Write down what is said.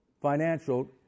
financial